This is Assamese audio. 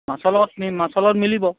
মাছৰ লগত মাছৰ লগত মিলিব